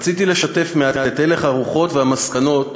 רציתי לשתף אתכם מעט בהלך הרוחות ובמסקנות